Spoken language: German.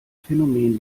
phänomen